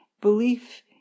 belief